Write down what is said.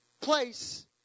place